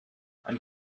and